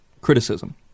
criticism